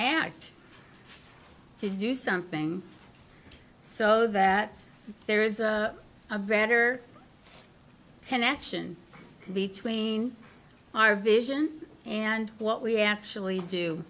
act to do something so that there is a better connection between our vision and what we actually do